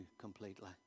completely